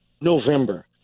November